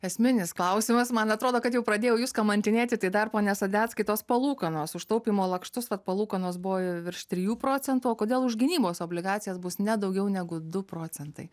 esminis klausimas man atrodo kad jau pradėjau jus kamantinėti tai dar pone sadeckai tos palūkanos už taupymo lakštus vat palūkanos buvo virš trijų procentų o kodėl už gynybos obligacijas bus ne daugiau negu du procentai